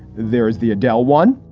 there is the adl one